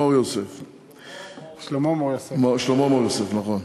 שלמה מור-יוסף, נכון.